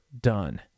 done